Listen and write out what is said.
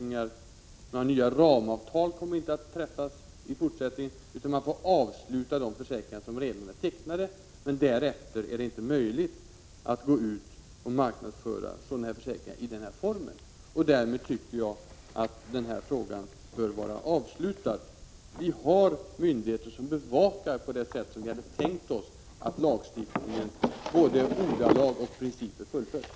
Några nya ramavtal kommer inte att träffas i fortsättningen. Man får avsluta försäkringar som redan är tecknade, men därefter är det inte möjligt att marknadsföra sådana försäkringar i den här formen. Därmed tycker jag att denna fråga bör vara avklarad. Vi har myndigheter som bevakar, på det sätt som vi hade tänkt oss, att lagstiftningen i fråga om både ordalag och principer fullföljs.